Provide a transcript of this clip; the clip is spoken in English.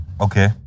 Okay